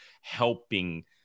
helping